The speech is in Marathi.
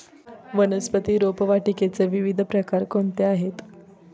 वनस्पती रोपवाटिकेचे विविध प्रकार कोणते आहेत?